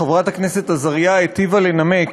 חברת הכנסת עזריה היטיבה לנמק